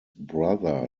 brother